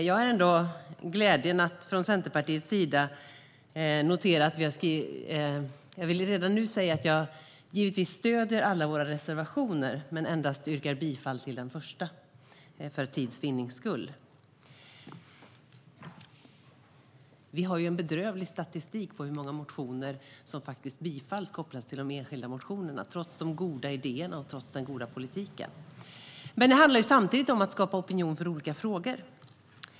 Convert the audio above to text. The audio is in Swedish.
Jag stöder givetvis alla Centerpartiets reservationer men yrkar för tids vinnande bifall endast till nr 1. Vi har en bedrövlig statistik på hur många motioner som faktiskt bifalls kopplat till de enskilda motionerna, trots de goda idéerna och den goda politiken. Men det handlar samtidigt om att skapa opinion för olika frågor.